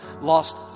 lost